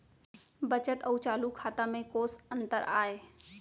बचत अऊ चालू खाता में कोस अंतर आय?